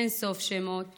אין-סוף שמות